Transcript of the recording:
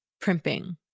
primping